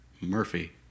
Murphy